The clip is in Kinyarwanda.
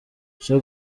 cyo